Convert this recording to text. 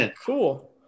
Cool